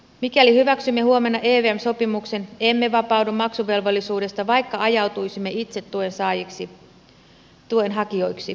mikäli hyväksymme huomenna evm sopimuksen emme vapaudu maksuvelvollisuudesta vaikka ajautuisimme itse tuen hakijoiksi